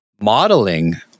modeling